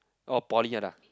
orh poly one ah